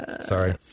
sorry